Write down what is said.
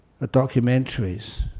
documentaries